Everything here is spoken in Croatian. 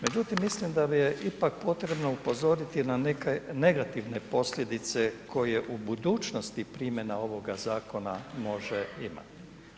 Međutim, mislim da je ipak potrebno upozoriti na neke negativne posljedice koje u budućnosti primjena ovoga zakona može imati.